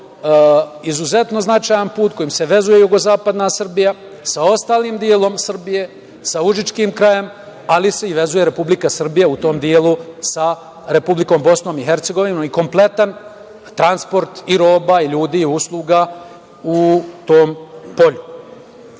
izuzetno značajan put kojim se vezuje jugozapadna Srbija sa ostalim delom Srbije, sa užičkim krajem, ali se i vezuje Republika Srbija u tom delu sa Republikom Bosnom i Hercegovinom i kompletan transport i roba, i ljudi, i usluga u tom